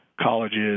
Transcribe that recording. colleges